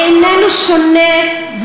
איננו שונה,